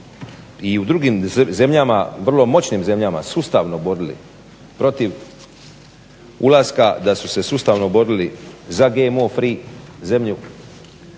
i u drugim zemljama, vrlo moćnim zemljama sustavno borili protiv ulaska, da su se sustavno borili za GMO free zemlju